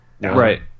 Right